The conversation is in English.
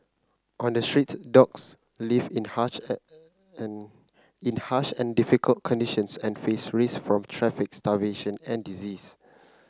on the streets dogs live in harsh in harsh and difficult conditions and face risk from traffic starvation and disease